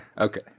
Okay